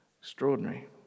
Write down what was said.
Extraordinary